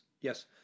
Yes